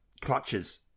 Clutches